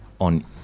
on